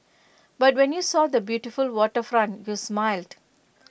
but when you saw the beautiful waterfront you smiled